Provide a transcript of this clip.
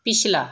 ਪਿਛਲਾ